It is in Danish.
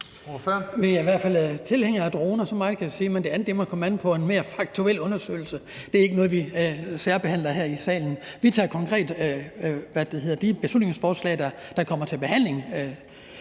Vi er i hvert fald tilhængere af droner, så meget kan jeg sige, men det andet må jo komme an på en mere faktuel undersøgelse. Det er ikke noget, vi særbehandler her i salen. Vi tager konkret de beslutningsforslag, der kommer til behandling,